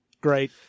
great